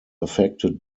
affected